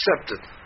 accepted